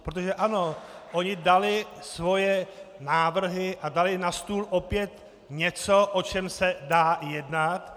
Protože ano, oni dali svoje návrhy a dali na stůl opět něco, o čem se dá jednat.